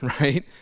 right